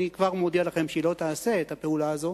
ואני כבר מודיע לכם שהיא לא תעשה את הפעולה הזאת,